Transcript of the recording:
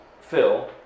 Phil